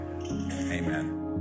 Amen